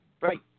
right